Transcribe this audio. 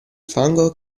fango